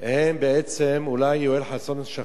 הם בעצם, אולי יואל חסון שכח